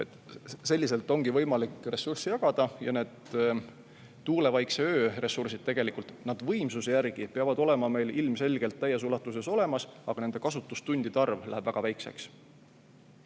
Selliselt ongi võimalik ressursse jagada ja need tuulevaikse öö ressursid tegelikult võimsuse järgi peavad olema meil ilmselgelt täies ulatuses olemas, aga nende kasutustundide arv läheb väga väikeseks.